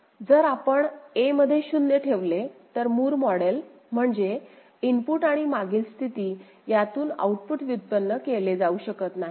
जर आपण a मध्ये 0 ठेवले तर मूर मॉडेल म्हणजे इनपुट आणि मागील स्थिती यातून आउटपुट व्युत्पन्न केले जाऊ शकत नाही